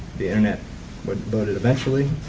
the internet would load it eventually.